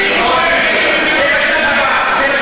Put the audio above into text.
זה בשלב הבא.